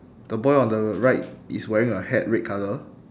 the boy on the right is wearing a hat red colour